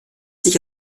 sich